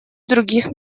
других